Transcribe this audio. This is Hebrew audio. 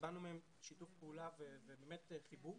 וקיבלנו מהם שיתוף פעולה ובאמת חיבוק.